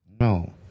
No